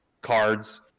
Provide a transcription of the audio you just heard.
cards